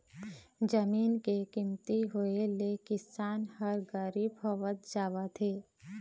जमीन के कमती होए ले किसान ह गरीब होवत जावत हे